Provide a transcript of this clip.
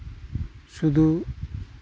ᱥᱩᱫᱷᱩ